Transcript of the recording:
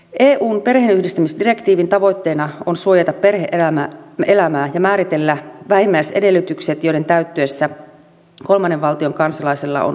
eun perheenyhdistämisdirektiivin tavoitteena on suojata perhe elämää ja määritellä vähimmäisedellytykset joiden täyttyessä kolmannen valtion kansalaisella on oikeus perheenyhdistämiseen